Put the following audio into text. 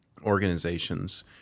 organizations